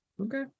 Okay